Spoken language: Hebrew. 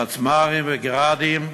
פצמ"רים ו"גראדים"